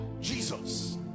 Jesus